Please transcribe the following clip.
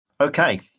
Okay